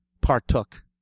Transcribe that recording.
partook